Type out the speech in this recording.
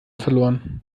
verloren